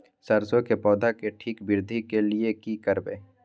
सरसो के पौधा के ठीक वृद्धि के लिये की करबै?